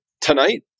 Tonight